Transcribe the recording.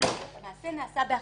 אם המעשה נעשה באכזריות,